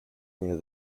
near